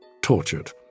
tortured